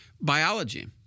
biology